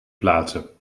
plaatsen